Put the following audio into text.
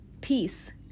peace